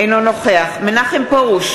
אינו נוכח מאיר פרוש,